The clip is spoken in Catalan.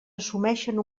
assumeixen